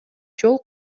жол